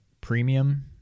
Premium